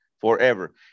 forever